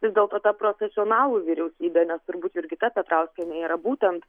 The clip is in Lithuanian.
vis dėlto ta profesionalų vyriausybė nes turbūt jurgita petrauskienė yra būtent